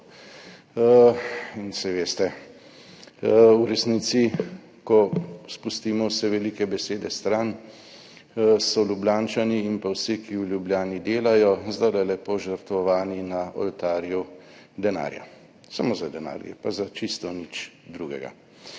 Saj veste, ko v resnici pustimo vse velike besede ob strani, so Ljubljančani in vsi, ki v Ljubljani delajo, zdaj lepo žrtvovani na oltarju denarja. Samo za denar gre in za čisto nič drugega.